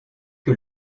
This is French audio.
que